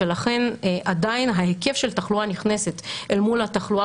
ולכן עדיין ההיקף של תחלואה נכנסת אל מול התחלואה